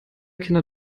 kinder